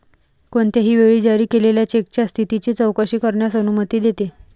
कोणत्याही वेळी जारी केलेल्या चेकच्या स्थितीची चौकशी करण्यास अनुमती देते